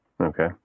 Okay